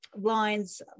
lines